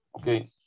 okay